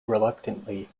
reluctantly